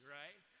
right